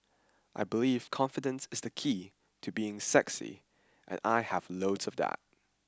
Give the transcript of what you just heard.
I believe confidence is the key to being sexy and I have loads of that